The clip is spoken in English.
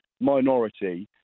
minority